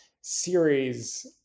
series